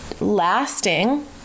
lasting